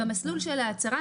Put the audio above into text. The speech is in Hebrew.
במסלול של ההצהרה,